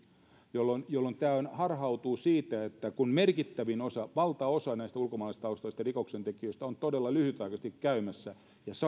jolloin jolloin tämä harhautuu siitä että merkittävin osa valtaosa näistä ulkomaalaistaustaisista rikoksentekijöistä on todella lyhytaikaisesti käymässä